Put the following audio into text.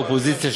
אופוזיציה,